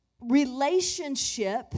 relationship